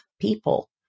people